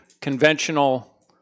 conventional